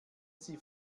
sie